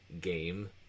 game